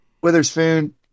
Witherspoon